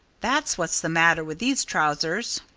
that's what's the matter with these trousers!